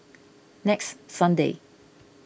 next Sunday